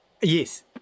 Yes